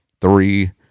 Three